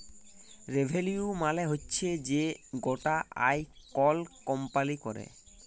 revenue মালে হচ্যে যে গটা আয় কল কম্পালি ক্যরে